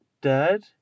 Dad